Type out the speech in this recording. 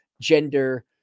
gender